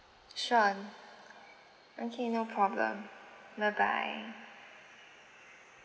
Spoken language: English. sure okay no problem bye bye